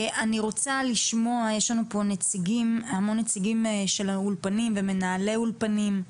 יש לנו פה המון נציגים של האולפנים ומנהלי אולפנים.